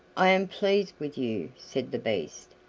i am pleased with you, said the beast.